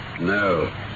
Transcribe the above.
No